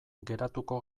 geratuko